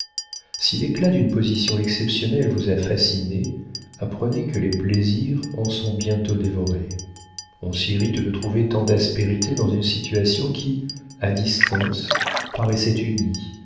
si l'éclat d'une position exceptionnelle vous a fascinée apprenez que les plaisirs en sont bientôt dévorés on s'irrite de trouver tant d'aspérités dans une situation qui à distance paraissait unie